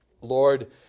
Lord